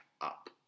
up